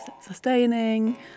sustaining